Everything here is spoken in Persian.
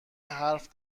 حرف